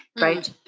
right